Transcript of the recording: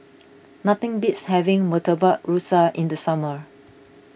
nothing beats having Murtabak Rusa in the summer